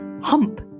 hump